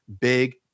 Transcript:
big